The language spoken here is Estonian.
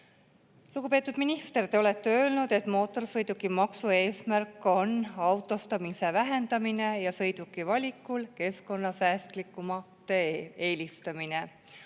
Lugupeetud minister, te olete öelnud, et mootorsõidukimaksu eesmärk on autostumise vähendamine ja keskkonnasäästlikuma sõiduki eelistamine.